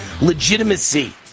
legitimacy